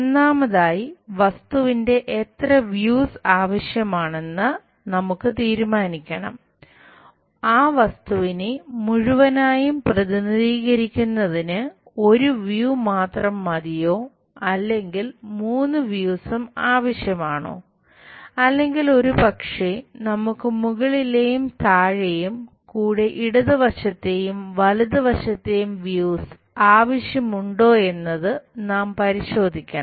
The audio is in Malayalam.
ഒന്നാമതായി വസ്തുവിന്റെ എത്ര വ്യൂസ് ആവശ്യമുണ്ടോയെന്നത് നാം പരിശോധിക്കണം